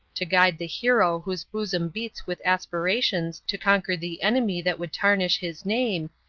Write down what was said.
to guide the hero whose bosom beats with aspirations to conquer the enemy that would tarnish his name,